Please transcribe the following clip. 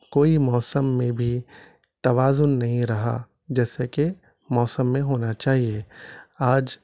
کوئی موسم میں بھی توازن نہیں رہا جیسے کہ موسم میں ہونا چاہیے آج